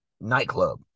nightclub